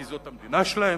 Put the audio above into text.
כי זאת המדינה שלהם,